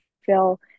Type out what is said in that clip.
feel